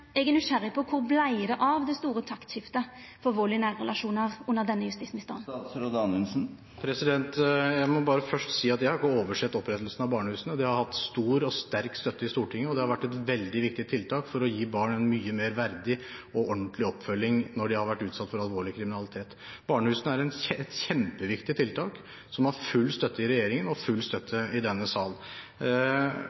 er nysgjerrig på kor det vart av det store taktskiftet på vald i nære relasjonar under denne justisministeren. Jeg må bare først si at jeg ikke har oversett opprettelsen av barnehusene. De har hatt stor og sterk støtte i Stortinget, og det har vært et veldig viktig tiltak for å gi barn en mye mer verdig og ordentlig oppfølging når de har vært utsatt for alvorlig kriminalitet. Barnehusene er et kjempeviktig tiltak som har full støtte i regjeringen og full støtte